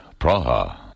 Praha